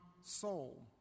soul